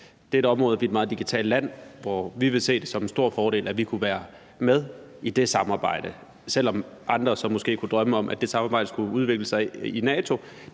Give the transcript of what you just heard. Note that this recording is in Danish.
hvor vi, fordi vi er et meget digitalt land, ville se det som en stor fordel, at vi kunne være med i det samarbejde. Selv om andre så måske kunne drømme om, at det samarbejde skulle udvikle sig i NATO,